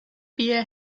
beer